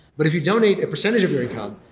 but if you donate a percentage of your income,